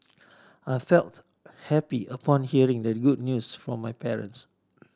I felt happy upon hearing the good news from my parents